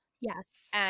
Yes